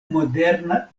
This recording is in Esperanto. moderna